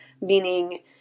meaning